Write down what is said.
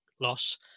Loss